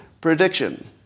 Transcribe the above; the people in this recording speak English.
Prediction